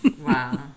wow